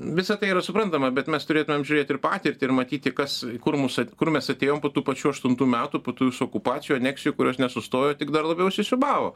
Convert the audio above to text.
visa tai yra suprantama bet mes turėtumėm žiūrėti ir patirtį ir matyti kas kur mūsų kur mes atėjom po tų pačių aštuntų metų po tų visų okupacijų aneksijų kurios nesustojo tik dar labiau susiūbavo